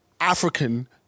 African